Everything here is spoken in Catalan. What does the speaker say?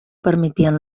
permetien